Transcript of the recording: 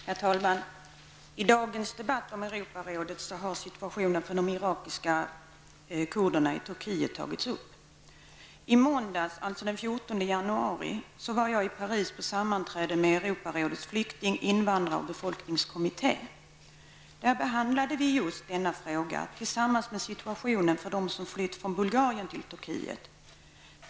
Herr talman! I dagens debatt om Europarådet har situationen för de irakiska kurderna i Turkiet tagits upp. I måndags, alltså den 14 januari, var jag i Paris på sammanträde med Europarådets flykting-, invandrar och befolkningskommitté. Där behandlade vi just denna fråga tillsammans med situationen för dem som flytt från Bulgarien till Turkiet.